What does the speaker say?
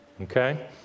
Okay